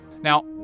Now